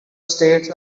stayed